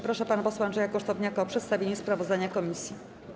Proszę pana posła Andrzeja Kosztowniaka o przedstawienie sprawozdania komisji.